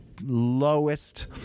lowest